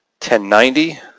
1090